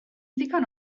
ddigon